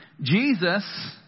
Jesus